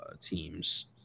teams